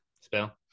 spell